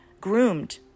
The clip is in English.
groomed